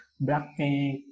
Blackpink